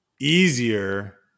easier